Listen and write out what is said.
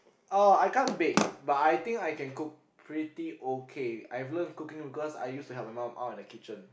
oh I can't bake but I think I can cook pretty okay I learned cooking because I used to help my mum out in the kitchen